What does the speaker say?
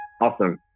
Awesome